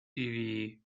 vivi